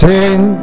Sing